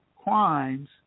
crimes